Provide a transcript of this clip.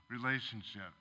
relationship